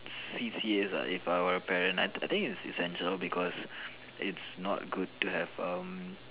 C_C_A's ah if I were a parent I I think it's essential because it's not good to have um